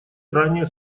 ранее